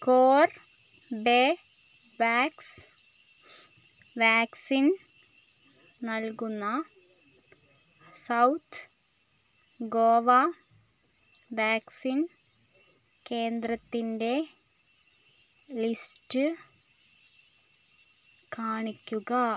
Corbevax vaccine നൽകുന്ന south Goa vaccine കേന്ദ്രത്തിൻ്റെ list കാണിക്കുക